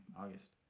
August